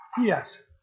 Yes